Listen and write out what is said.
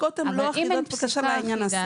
הפסיקות הן לא אחידות בקשר לעניין הזה.